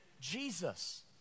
Jesus